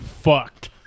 fucked